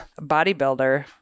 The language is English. bodybuilder